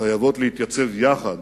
חייבות להתייצב יחד